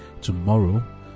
Tomorrow